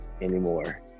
anymore